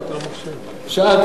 שאלת,